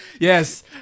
Yes